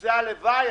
הלוואי.